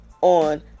on